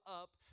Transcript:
up